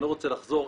אני לא רוצה לחזור.